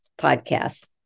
podcast